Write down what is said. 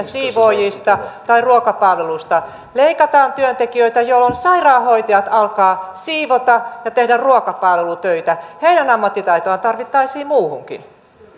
siivoojista tai ruokapalveluista leikataan työntekijöitä jolloin sairaanhoitajat alkavat siivota ja tehdä ruokapalvelutöitä heidän ammattitaitoaan tarvittaisiin muuhunkin